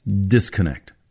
disconnect